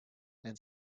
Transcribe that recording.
and